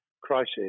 crisis